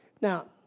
Now